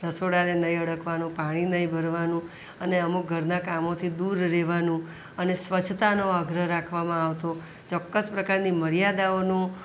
રસોડાને નહીં અડકવાનું પાણી નહીં ભરવાનું અને અમુક ઘરના કામોથી દૂર રહેવાનું અને સ્વચ્છતાનો આગ્રહ રાખવામાં આવતો ચોક્કસ પ્રકારની મર્યાદાઓનું